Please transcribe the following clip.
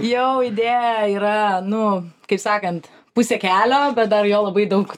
jau idėja yra nu kai sakant pusė kelio bet dar jo labai daug